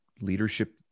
leadership